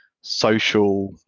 social